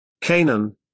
Canaan